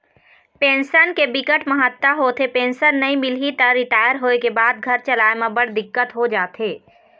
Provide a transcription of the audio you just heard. pension के बिकट महत्ता होथे, पेंसन नइ मिलही त रिटायर होए के बाद घर चलाए म बड़ दिक्कत हो जाथे